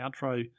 outro